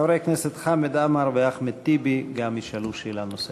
חברי הכנסת חמד עמאר ואחמד טיבי גם ישאלו שאלה נוספת.